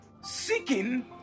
seeking